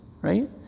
Right